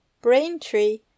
Braintree